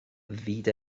fyd